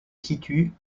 situe